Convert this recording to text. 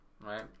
Right